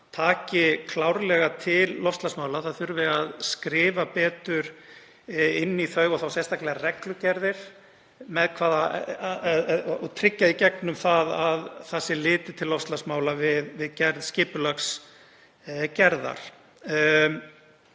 taki klárlega til loftslagsmála og það þurfi að skrifa þau betur inn og þá sérstaklega reglugerðir og tryggja í gegnum það að litið sé til loftslagsmála við skipulagsgerð.